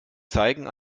zeigen